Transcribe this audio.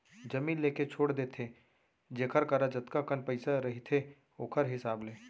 जमीन लेके छोड़ देथे जेखर करा जतका कन पइसा रहिथे ओखर हिसाब ले